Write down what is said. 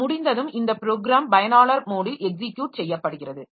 இது முடிந்ததும் இந்த ப்ரோக்ராம் பயனாளர் மோடில் எக்ஸிக்யுட் செய்யப்படுகிறது